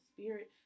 Spirit